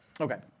Okay